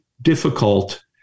difficult